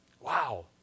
Wow